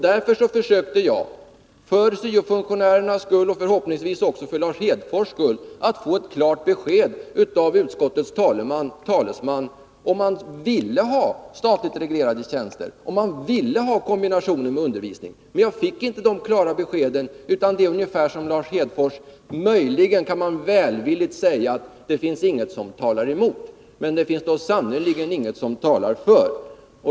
Därför försökte jag — för syo-funktionärernas skull och förhoppningsvis också för Lars Hedfors skull — att få ett klart besked av utskottets talesman om han ville ha statligt reglerade tjänster, om han ville ha kombinationen med undervisning. Men jag fick inte de klara beskeden, utan det är ungefär som Lars Hefors sade att man möjligen välvilligt kan säga att det inte finns något som talar emot. Men det finns då sannerligen inte något som talar för.